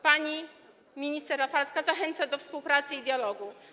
Pani minister Rafalska zachęca do współpracy i dialogu.